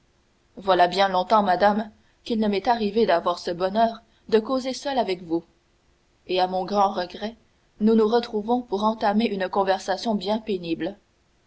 voilà bien longtemps madame qu'il ne m'est arrivé d'avoir ce bonheur de causer seul avec vous et à mon grand regret nous nous retrouvons pour entamer une conversation bien pénible